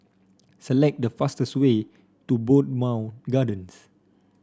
select the fastest way to Bowmont Gardens